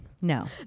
no